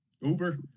uber